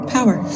Power